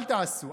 אל תעשו,